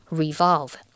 revolve